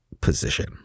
position